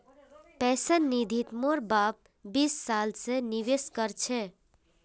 pension निधित मोर बाप बीस साल स निवेश कर छ